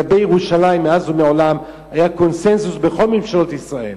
לגבי ירושלים מאז ומעולם היה קונסנזוס בכל ממשלות ישראל,